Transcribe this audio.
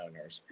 owners